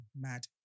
mad